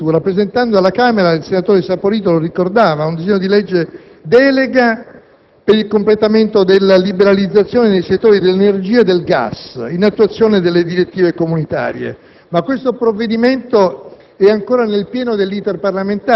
appena iniziata la legislatura, presentando alla Camera - come il senatore Saporito ricordava - un disegno di legge delega per il completamento della liberalizzazione dei settori dell'energia e del gas, in attuazione delle direttive comunitarie. Tale provvedimento,